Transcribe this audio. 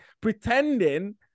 pretending